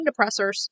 depressors